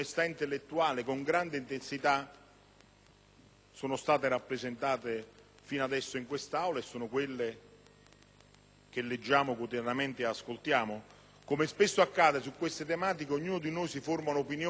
sono state rappresentate fino adesso in quest'Aula, che sono quelle che leggiamo quotidianamente e ascoltiamo. Come spesso accade, su queste tematiche ognuno di noi si forma un'opinione ascoltando, leggendo,